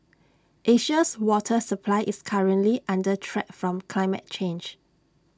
Asia's water supply is currently under threat from climate change